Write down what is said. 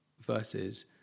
versus